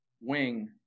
wing